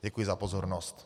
Děkuji za pozornost.